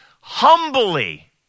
humbly